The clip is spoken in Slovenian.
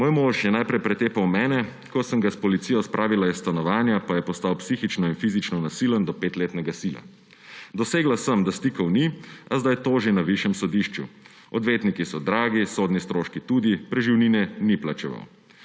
»Moj mož je najprej pretepal mene, ko sem ga s policijo spravila iz stanovanja, pa je postal psihično in fizično nasilen do petletnega sina. Dosegla sem, da stikov ni, a zdaj toži na višjem sodišču. Odvetniki so dragi, sodni stroški tudi, preživnine ni plačeval.